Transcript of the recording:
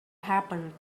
happened